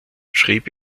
schrieb